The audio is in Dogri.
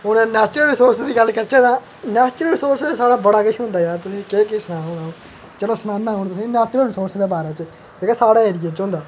नैचुरल सोरस दी गल्ल करचै तां नैचुरल सोरस साढ़ै बड़ा किश होंदा ऐ ऐकुचली केह् केह् सनांऽ चलो सनान्ना तुसें नैचुरल सोरस दे बारे च जेह्के साढ़े एरिये च होंदा